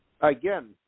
Again